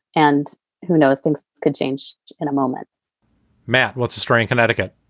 and who knows, things could change in a moment matt, what's the story in connecticut?